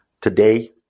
today